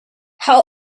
how